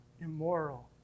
immoral